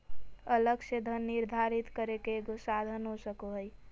अलग से धन निर्धारित करे के एगो साधन हो सको हइ